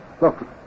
Look